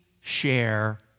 share